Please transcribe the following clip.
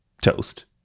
toast